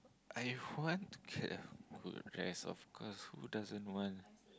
I want to care rest of course who doesn't want